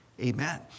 Amen